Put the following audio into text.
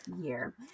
year